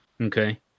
Okay